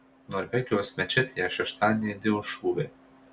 norvegijos mečetėje šeštadienį aidėjo šūviai